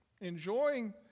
enjoying